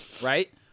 Right